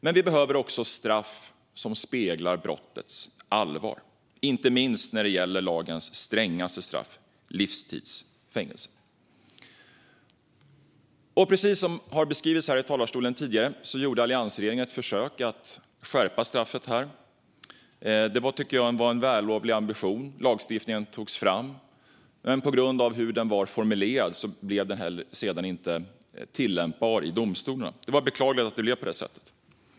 Men vi behöver också straff som speglar brottets allvar, inte minst när det gäller lagens strängaste straff: livstids fängelse. Precis som tidigare har beskrivits i talarstolen gjorde alliansregeringen ett försök att skärpa straffet här. Jag tycker att det var en vällovlig ambition. Lagstiftning togs fram, men på grund av hur den var formulerad blev den sedan inte tillämpbar i domstolarna. Det var beklagligt att det blev på det sättet.